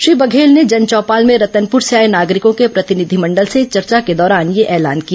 श्री बघेल ने जनचौपाल में रतनपुर से आए नागरिकों के प्रतिनिधिमंडल से चर्चा के दौरान यह ऐलान किया